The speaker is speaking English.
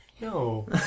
No